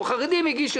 פה חרדים הגישו,